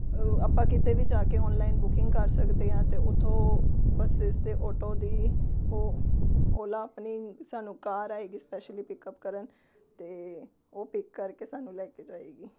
ਆਪਾਂ ਕਿਤੇ ਵੀ ਜਾ ਕੇ ਔਨਲਾਈਨ ਬੁਕਿੰਗ ਕਰ ਸਕਦੇ ਹਾਂ ਅਤੇ ਉੱਥੋਂ ਬੱਸਿਸ ਅਤੇ ਔਟੋ ਦੀ ਉਹ ਓਲਾ ਆਪਣੀ ਸਾਨੂੰ ਕਾਰ ਆਏਗੀ ਸਪੈਸ਼ਲੀ ਪਿਕਅੱਪ ਕਰਨ ਅਤੇ ਉਹ ਪਿਕ ਕਰਕੇ ਸਾਨੂੰ ਲੈ ਕੇ ਜਾਏਗੀ